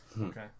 Okay